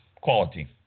quality